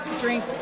drink